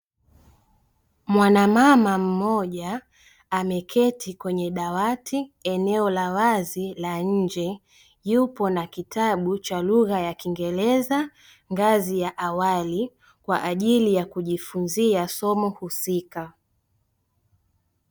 Mwanamama mmoja ameketi kwenye dawati eneo la wazi la nje, yupo na kitabu cha lugha ya kingereza ngazi ya awali kwa ajili ya kujifunzia somo husika.